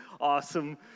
awesome